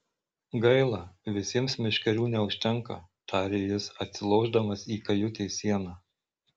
gaila visiems meškerių neužtenka tarė jis atsilošdamas į kajutės sieną